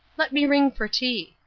let me ring for tea.